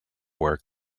work